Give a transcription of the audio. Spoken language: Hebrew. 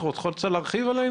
את רוצה להרחיב על זה?